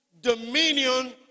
dominion